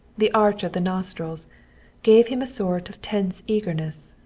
the arch of the nostrils gave him a sort of tense eagerness,